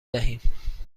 دهیم